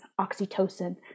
oxytocin